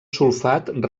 sulfat